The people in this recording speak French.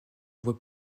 voie